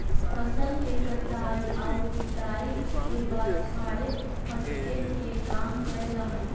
फसल के कटाई आउ पिटाई के बाद छाड़े फटके के काम कैल जा हइ